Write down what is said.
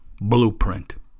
blueprint